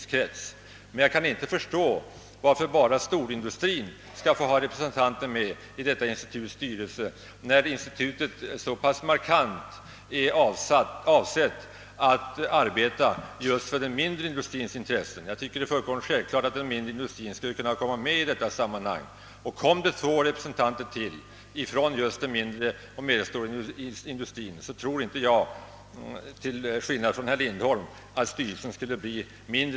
Men jag kan inte förstå varför bara storindustrin skall få ha representanter med i styrelsen för detta institut, då institutet så markant avsetts arbeta just för den mindre industrins intressen. Jag tycker det är fullkomligt självklart att den mindre industrin skulle kunna komma med i detta sammanhang. Och jag tror — till skillnad från herr Lindholm — inte att styrelsen skulle bli mindre effektiv, om det kommer med två representanter från den mindre och medelstora industrin.